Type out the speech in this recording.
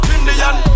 Indian